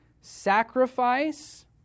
sacrifice